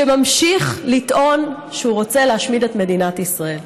שממשיך לטעון שהוא רוצה להשמיד את מדינת ישראל,